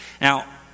Now